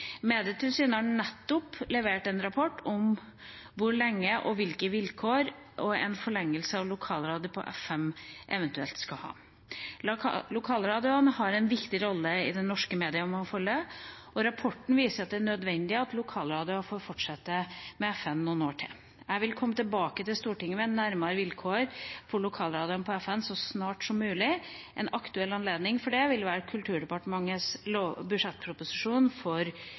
Medietilsynet har nettopp levert en rapport om hvilke vilkår en forlengelse av lokalradio på FM-nettet eventuelt skal ha, og hvor lenge den skal vare. Lokalradioene har en viktig rolle i det norske mediemangfoldet, og rapporten viser at det er nødvendig at lokalradioer får fortsette med FM noen år til. Jeg vil komme tilbake til Stortinget med nærmere vilkår for lokalradioene på FM-nettet så snart som mulig. En aktuell anledning for det vil være Kulturdepartementets budsjettproposisjon for